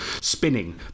spinning